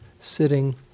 sitting